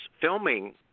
filming